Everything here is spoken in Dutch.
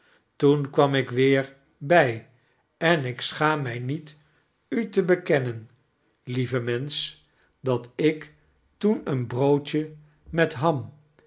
toen kwam ik weer by en ik schaam my niet u te bekennen lieve mensch dat ik toen een broodje met ham